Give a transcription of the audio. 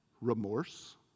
Remorse